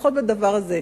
לפחות בדבר הזה.